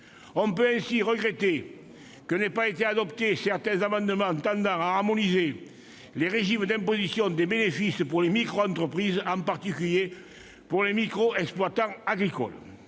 On peut ainsi regretter que n'aient pas été adoptés certains amendements tendant à harmoniser les régimes d'imposition des bénéfices pour les micro-entreprises, en particulier les micro-exploitations agricoles.